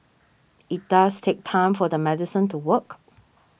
it does take time for the medicine to work